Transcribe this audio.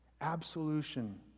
absolution